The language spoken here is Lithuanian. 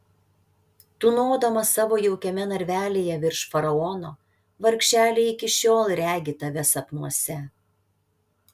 tūnodama savo jaukiame narvelyje virš faraono vargšelė iki šiol regi tave sapnuose